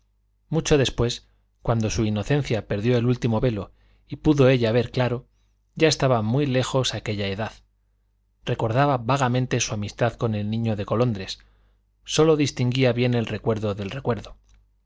mucho después cuando su inocencia perdió el último velo y pudo ella ver claro ya estaba muy lejos aquella edad recordaba vagamente su amistad con el niño de colondres sólo distinguía bien el recuerdo del recuerdo